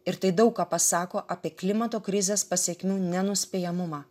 ir tai daug ką pasako apie klimato krizės pasekmių nenuspėjamumą